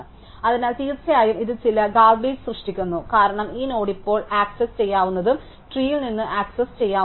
അതിനാൽ തീർച്ചയായും ഇത് ചില ഗാർബേജ് സൃഷ്ടിക്കുന്നു കാരണം ഈ നോഡ് ഇപ്പോൾ ആക്സസ് ചെയ്യാവുന്നതും ട്രീയിൽ നിന്ന് ആക്സസ് ചെയ്യാവുന്നതുമാണ്